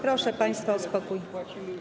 Proszę państwa o spokój.